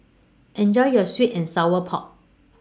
Enjoy your Sweet and Sour Pork